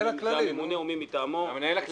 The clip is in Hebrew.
אצלנו זה היועץ המשפטי לממשלה או מי מטעמו.